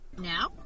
Now